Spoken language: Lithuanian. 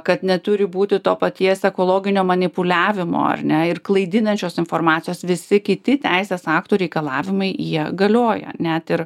kad neturi būti to paties ekologinio manipuliavimo ar ne ir klaidinančios informacijos visi kiti teisės aktų reikalavimai jie galioja net ir